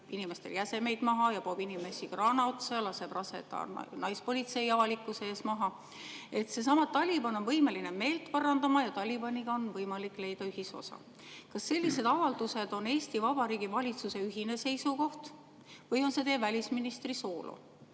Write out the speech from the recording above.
inimestel jäsemeid maha ja poob inimesi kraana otsa ja laseb raseda naispolitseiniku avalikkuse ees maha, et seesama Taliban on võimeline meelt parandama ja Talibaniga on võimalik leida ühisosa. Kas sellised avaldused on Eesti Vabariigi valitsuse ühine seisukoht või on see teie välisministri soolo?